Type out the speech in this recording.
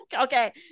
okay